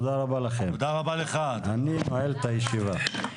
אני נועל את הישיבה.